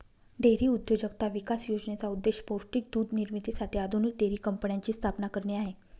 dairy उद्योजकता विकास योजनेचा उद्देश पौष्टिक दूध निर्मितीसाठी आधुनिक डेअरी कंपन्यांची स्थापना करणे आहे